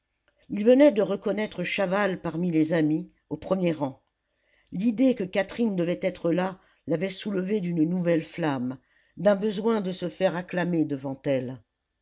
il venait de reconnaître chaval parmi les amis au premier rang l'idée que catherine devait être là l'avait soulevé d'une nouvelle flamme d'un besoin de se faire acclamer devant elle